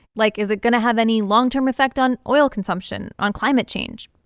like, is it going to have any long-term effect on oil consumption, on climate change?